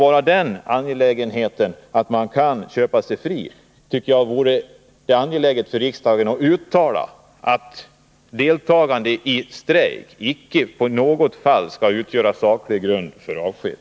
Bara det att man kan köpa sig fri tycker jag gör det angeläget för riksdagen att uttala att deltagande i strejk icke i något fall skall utgöra saklig grund för avsked.